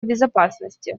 безопасности